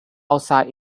outside